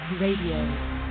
Radio